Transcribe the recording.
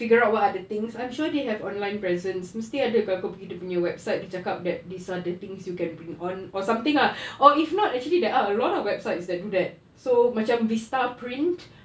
figure out what are the things I'm sure they have online presence mesti ada kalau kau pergi dia punya website dia cakap that these are the things you can bring on or something ah or if not actually there are a lot of websites that do that so macam vista print